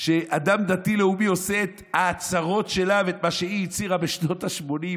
שאדם דתי-לאומי עושה את ההצהרות שלה ואת מה שהיא הצהירה בשנות השמונים,